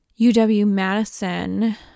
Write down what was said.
UW-Madison